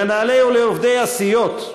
למנהלי ועובדי הסיעות,